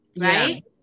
right